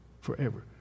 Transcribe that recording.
Forever